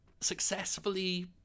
successfully